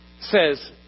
says